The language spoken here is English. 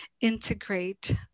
integrate